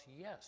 yes